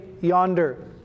yonder